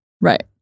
Right